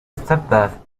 stepdad